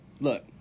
Look